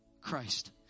Christ